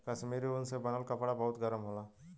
कश्मीरी ऊन से बनल कपड़ा बहुते गरम होला